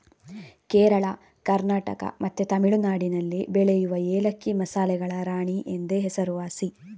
ಕೇರಳ, ಕರ್ನಾಟಕ ಮತ್ತೆ ತಮಿಳುನಾಡಿನಲ್ಲಿ ಬೆಳೆಯುವ ಏಲಕ್ಕಿ ಮಸಾಲೆಗಳ ರಾಣಿ ಎಂದೇ ಹೆಸರುವಾಸಿ